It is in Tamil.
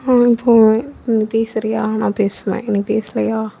இப்போது நீ பேசறியா நான் பேசுவேன் நீ பேசலையா